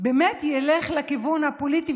ילך באמת לכיוון הפוליטי,